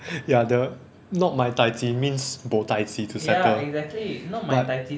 ya the not my tai ji means bo tai ji to settle but